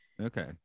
Okay